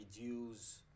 reduce